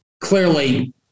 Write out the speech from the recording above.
clearly